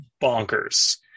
bonkers